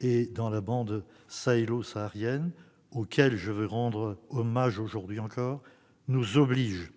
et dans la bande sahélo-saharienne, auxquels je veux rendre hommage aujourd'hui encore, nous obligent.